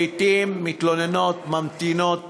לעתים מתלוננות ממתינות